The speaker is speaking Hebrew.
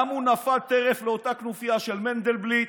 גם הוא נפל טרף לאותה כנופיה של מנדלבליט,